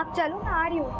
dead body.